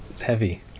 heavy